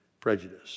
prejudice